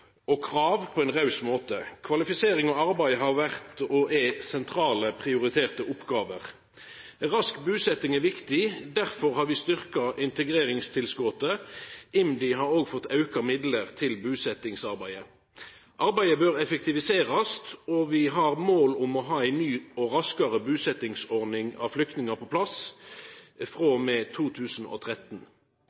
og krav – på en raus måte. Kvalifisering og arbeid har vore og er sentrale prioriterte oppgåver. Rask busetjing er viktig. Derfor har vi styrkt integreringstilskotet. IMDi har òg fått auka midlar til busetjingsarbeidet. Arbeidet bør effektiviserast, og vi har mål om å ha ei ny og raskare busetjingsordning for flyktningar på plass frå og med 2013.